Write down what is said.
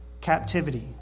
captivity